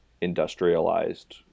industrialized